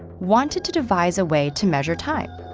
wanted to devise a way to measure time,